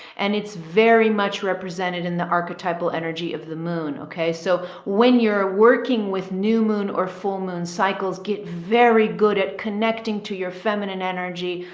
and it's very much represented in the archetypal energy of the moon. okay. so when you're working with new moon or full moon cycles, get very good at connecting to your feminine energy,